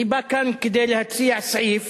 אני בא כאן להציע סעיף